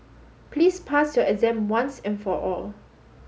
please pass your exam once and for all